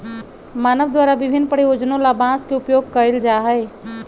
मानव द्वारा विभिन्न प्रयोजनों ला बांस के उपयोग कइल जा हई